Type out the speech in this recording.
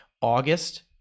August